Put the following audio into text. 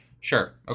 Sure